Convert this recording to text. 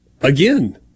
again